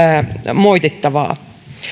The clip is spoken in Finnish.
moitittavaa